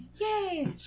Yay